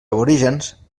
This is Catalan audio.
aborígens